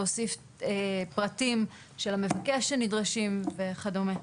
להוסיף פרטים של המבקש שנדרשים וכדומה.